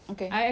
okay